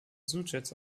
sujets